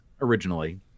originally